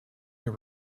your